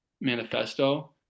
manifesto